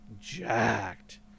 Jacked